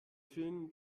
film